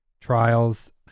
trials